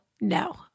No